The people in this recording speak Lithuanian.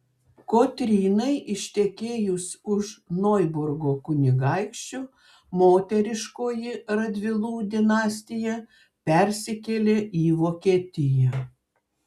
kotrynai ištekėjus už noiburgo kunigaikščio moteriškoji radvilų dinastija persikėlė į vokietiją